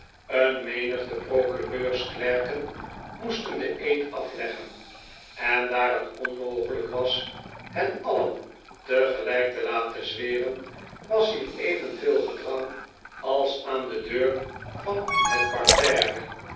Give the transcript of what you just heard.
een menigte procureurs klerken moesten den eed afleggen en daar het onmogelijk was hen alien tegelijk te laten zweren was hier evenveel gedrang als aan de deur van het